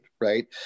right